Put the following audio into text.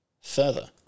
Further